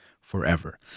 forever